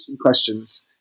questions